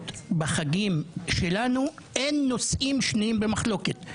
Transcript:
בחגים שלנו אין נושאים שנויים במחלוקת.